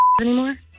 anymore